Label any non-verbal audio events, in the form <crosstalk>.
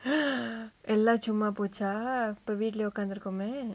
<breath> எல்லா சும்மா போச்சா இப்ப வீட்ல உக்காந்து இருக்கோமே:ellaa summa pochaa ippa veetla ukkaanthu irukkomae